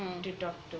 to talk to